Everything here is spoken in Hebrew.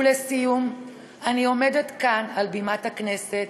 ולסיום אני עומדת כאן, על במת הכנסת,